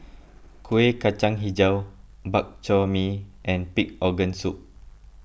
Kueh Kacang HiJau Bak Chor Mee and Pig Organ Soup